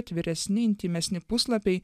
atviresni intymesni puslapiai